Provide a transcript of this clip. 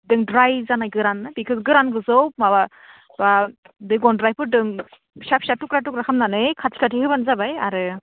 द्राय जानाय गोरान बेखौ गोरानखौ माबा बे गन्द्राय फोरजों फिसा फिसा थुख्रा थुख्रा खालामनानै खाथि खाथि होबानो जाबाय आरो